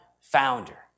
founder